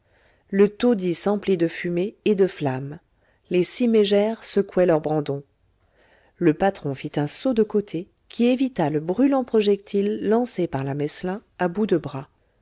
le taudis s'emplit de fumée et de flammes les six mégères secouaient leurs brandons le patron fit un saut de côté qui évita le brûlant projectile lancé par la meslin à tour de bras